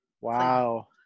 wow